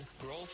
growth